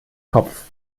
kopf